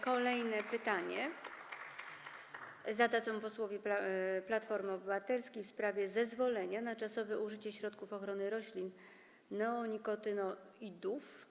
Kolejne pytanie zada poseł z Platformy Obywatelskiej w sprawie zezwolenia na czasowe użycie środków ochrony roślin, neonikotynoidów.